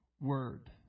Word